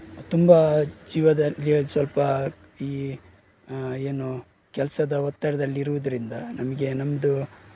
ತುಂಬ ಜೀವದ ಜೀವದ ಸ್ವಲ್ಪ ಈ ಏನು ಕೆಲಸದ ಒತ್ತಡದಲ್ಲಿ ಇರುವುದರಿಂದ ನಮಗೆ ನಮ್ಮದು